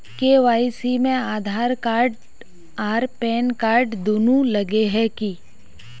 KYC में Aadhaar card आर PAN card दुनू लगे है की?